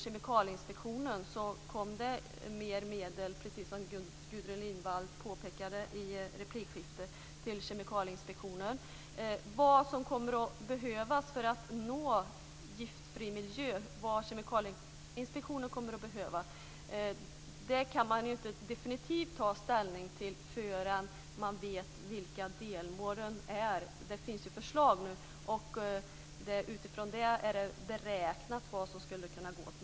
Kemikalieinspektionen så kom det mer medel, precis som Gudrun Lindvall påpekade i ett replikskifte, till Kemikalieinspektionen. Vad Kemikalieinspektionen kommer att behöva för att vi ska nå en giftfri miljö kan man ju inte definitivt ta ställning till förrän man vet vilka delmålen är. Det finns ju förslag nu, och utifrån dem är det beräknat vad som skulle kunna gå åt.